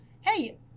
hey